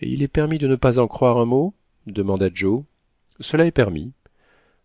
et il est permis de ne pas en croire un mot demanda joe cela est permis